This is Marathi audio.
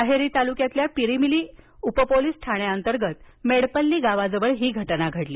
अहेरी तालुक्यातील पिरिमिली उपपोलिस ठाण्यांतर्गत मेडपल्ली गावाजवळ ही घटना घडली